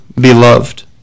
beloved